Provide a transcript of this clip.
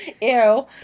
ew